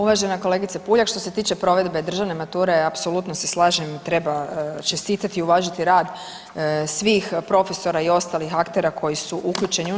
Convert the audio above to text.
Uvažena kolegice Puljak što se tiče provedbe državne mature, apsolutno se slažem treba čestitati i uvažiti rad svih profesora i ostalih aktera koji su uključeni u nju.